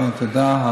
תודה.